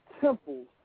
temples